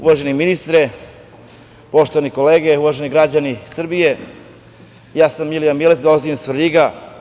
Uvaženi ministre, poštovane kolege, uvaženi građani Srbije, ja sam Milija Miletić, dolazim iz Svrljiga.